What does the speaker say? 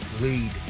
lead